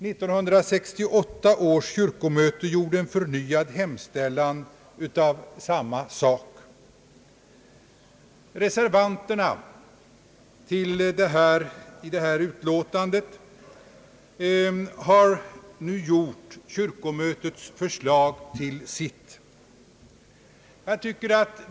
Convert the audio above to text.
1968 års kyrkomöte gjorde en förnyad hemställan i samma sak. Reservanterna under reservation 1b till detta utskottsutlåtande har nu gjort kyrkomötets förslag till sitt.